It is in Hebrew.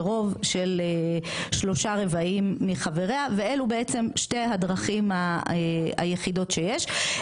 ברוב של שלושה רבעים מחבריה ואלו בעצם שתי הדרכים היחידות שיש.